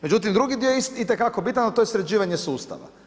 Međutim drugi dio je itekako bitan, a to je sređivanje sustava.